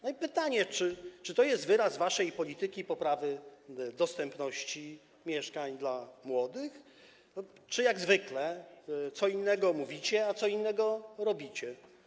I pytanie: Czy to jest wyraz waszej polityki poprawy w zakresie dostępności mieszkań dla młodych, czy jak zwykle co innego mówicie, a co innego robicie?